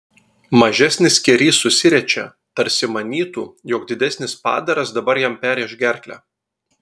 mažesnis skėrys susiriečia tarsi manytų jog didesnis padaras dabar jam perrėš gerklę